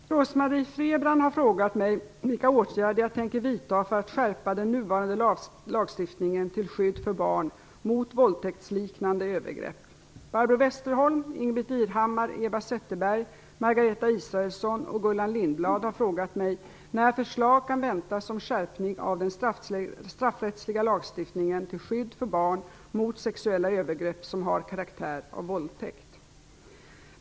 Fru talman! Rose-Marie Frebran har frågat mig vilka åtgärder jag tänker vidta för att skärpa den nuvarande lagstiftningen till skydd för barn mot våldtäktsliknande övergrepp. Barbro Westerholm, Ingbritt Gullan Lindblad har frågat mig när förslag kan väntas om skärpning av den straffrättsliga lagstiftningen till skydd för barn mot sexuella övergrepp som har karaktär av våldtäkt.